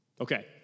Okay